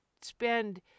spend